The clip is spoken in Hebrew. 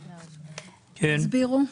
תסבירו.